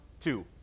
two